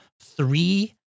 three